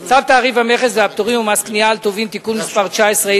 צו תעריף המכס והפטורים ומס קנייה על טובין (תיקון מס' 19),